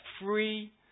free